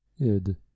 id